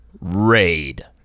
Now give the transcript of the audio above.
raid